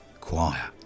Choir